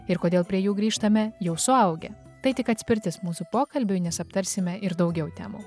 ir kodėl prie jų grįžtame jau suaugę tai tik atspirtis mūsų pokalbiui nes aptarsime ir daugiau temų